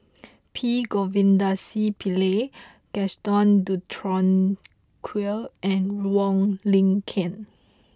P Govindasamy Pillai Gaston Dutronquoy and Wong Lin Ken